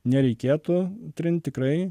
nereikėtų trint tikrai